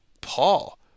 Paul